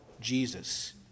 Jesus